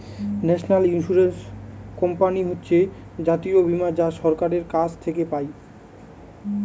national insurance company হচ্ছে জাতীয় বীমা যা সরকারের কাছ থেকে পাই